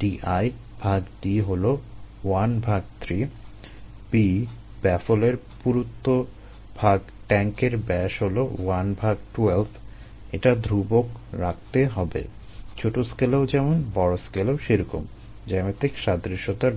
D i ভাগ D হলো 1 ভাগ 3 B ব্যাফলের পুরুত্ব ভাগ ট্যাংকের ব্যাস হলো 1 ভাগ 12 এটা ধ্রুবক রাখতে হবে ছোট স্কেলেও যেমন বড় স্কেলেও সেরকম জ্যামিতিক সাদৃশ্যতার জন্য